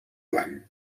blanc